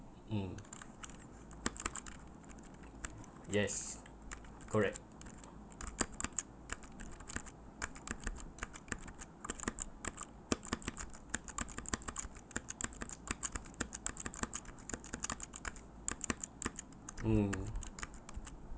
mm yes correct mm